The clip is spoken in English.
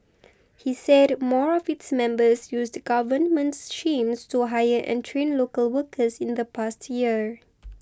he said more of its members used government to hire and train local workers in the past year